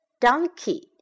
Donkey